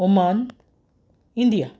Oman India